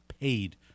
paid